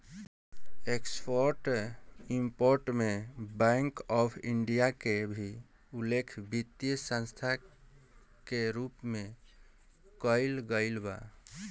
export import में bank of India के भी उल्लेख वित्तीय संस्था के रूप में कईल गईल बा